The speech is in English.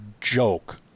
joke